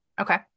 Okay